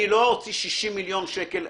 אני לא אוציא 60 מיליון שקלים,